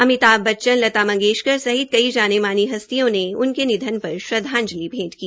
अमिताभ बच्चन लता मंगेशकर सहित कई जानी मानी हस्तियों ने उकने निधन पर श्रद्वांजलि भेंट की